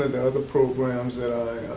another programs